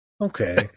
Okay